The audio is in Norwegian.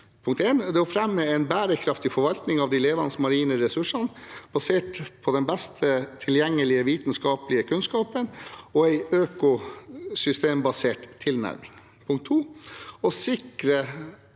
1. å fremme en bærekraftig forvaltning av de levende marine ressursene, basert på den beste tilgjengelige vitenskapelige kunnskapen og en økosystembasert tilnærming 2. å sikre